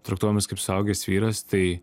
traktuojamas kaip suaugęs vyras tai